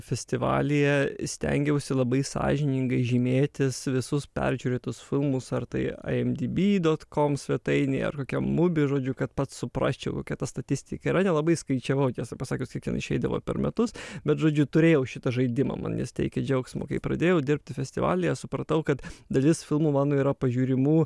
festivalyje stengiausi labai sąžiningai žymėtis visus peržiūrėtus filmus ar tai ai em dy by dot kom svetainėj ar kokiam mubi žodžiu kad pats suprasčiau kokia ta statistika yra nelabai skaičiavau tiesą pasakius kiek ten išeidavo per metus bet žodžiu turėjau šitą žaidimą man jis teikė džiaugsmo kai pradėjau dirbti festivalyje supratau kad dalis filmų mano yra pažiūrimų